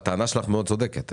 הטענה שלך צודקת מאוד,